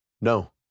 no